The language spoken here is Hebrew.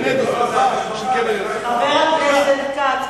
חבר הכנסת טיבי,